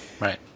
right